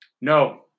No